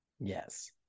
yes